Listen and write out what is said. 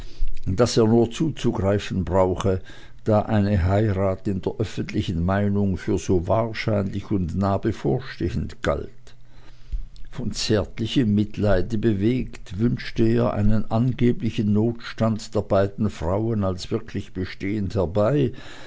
daß er nur zuzugreifen brauche da eine heirat in der öffentlichen meinung für so wahrscheinlich und nah bevorstehend galt von zärtlichem mitleide bewegt wünschte er einen angeblichen notstand der beiden frauen als wirklich bestehend herbei